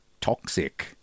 toxic